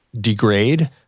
degrade